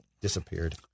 Disappeared